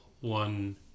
one